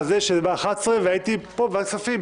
שזה ב-11:00 והייתי פה בוועדת כספים.